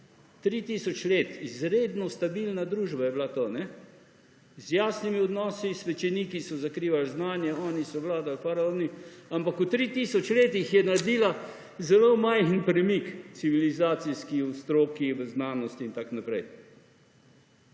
3 tisoč let. Izredno stabilna družba je bila to, z jasnimi odnosi. Svečeniki so zakrivali znanje, oni so vladali, faraoni, ampak v 3 tisoč letih je naredila zelo majhen premik civilizacijski, v stroki, v znanosti in tako naprej.